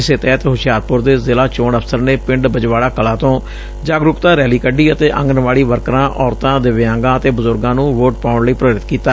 ਇਸੇ ਤਹਿਤ ਹੁਸ਼ਿਆਰਪੁਰ ਦੇ ਜ਼ਿਲ੍ਹਾ ਚੋਣ ਅਫਸਰ ਨੇ ਪਿੰਡ ਬਜਵਾੜਾ ਕਲਾਂ ਤੋਂ ਜਾਗਰੂਕਤਾ ਰੈਲੀ ਕਢੀ ਅਤੇ ਆਂਗਣਵਾਤੀ ਵਰਕਰਾਂ ਔਰਤਾਂ ਦਿਵਿਆਂਗਾਂ ਅਤੇ ਬਜੁਰਗਾਂ ਨੂੰ ਵੋਟ ਪਾਉਣ ਲਈ ਪ੍ਰੇਰਿਤ ਕੀਤਾ